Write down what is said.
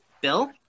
Bill